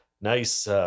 nice